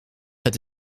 het